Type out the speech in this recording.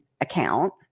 account